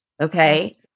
Okay